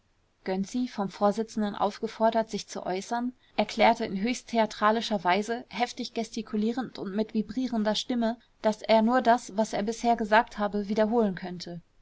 gönczi vom vorsitzenden aufgefordert sich zu äußern erklärte in höchst theatralischer weise heftig gestikulierend und mit vibrierender stimme daß er nur das was er bisher gesagt habe wiederholen könnte